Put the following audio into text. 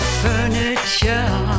furniture